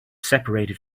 seperated